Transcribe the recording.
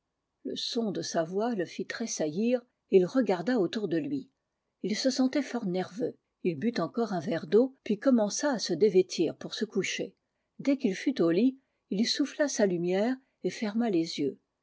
le son de sa voix le fit tressaillir et il regarda autour de lui ii se sentait fort nerveux n but encore un verre d'eau puis commença à se dévêtir pour se coucher dès qu'il fut au lit il souffla sa lumière et ferma les yeux